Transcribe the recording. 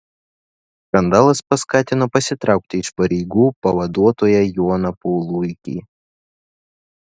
skandalas paskatino pasitraukti iš pareigų pavaduotoją joną puluikį